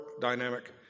dynamic